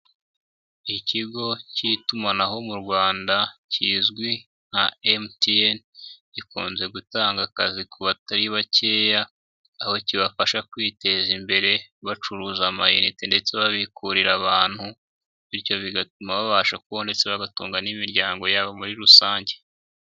Ikigo cy'itumanaho mu rwanda kizwi nka MTN gikunze gutanga akazi ku batari bakeya aho kibafasha kwiteza imbere bacuruza amainnet ndetse babikurura abantu, bityo bigatuma babasha kubaho neza bagatunga n'imiryango yabo muri rusange.